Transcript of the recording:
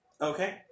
Okay